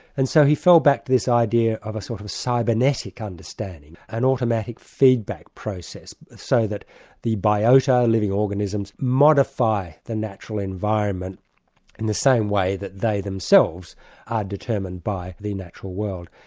and so he fell back to this idea of a sort of cybernetic understanding, an automatic feedback process, so that the biota, living organisms, modify the natural environment in the same way that they themselves are determined by the natural world.